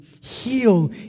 heal